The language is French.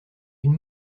une